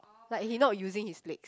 but he not using his legs